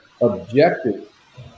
objective